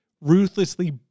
ruthlessly